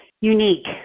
unique